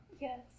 Yes